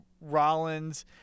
Rollins